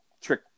trick